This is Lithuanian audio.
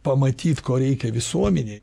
pamatyt ko reikia visuomenei